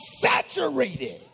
saturated